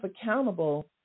accountable